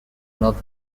north